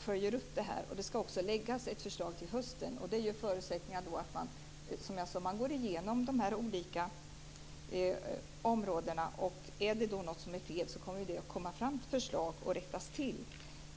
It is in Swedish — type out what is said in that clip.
följer upp det här. Det skall läggas fram ett förslag till hösten. Det ger förutsättningar att gå igenom de här olika områdena. Är det då något som är fel så kommer det att komma fram förslag om att rätta till det.